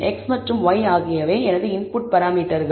x மற்றும் y ஆகியவை எனது இன்புட் பராமீட்டர்கள்